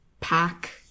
pack